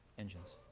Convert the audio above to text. engines.